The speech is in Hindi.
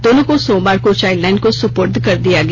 दोनों को सोमवार को चाइल्ड लाइन को सुपुर्द कर दिया गया